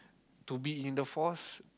to be in the force